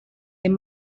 they